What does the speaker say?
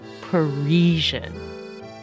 Parisian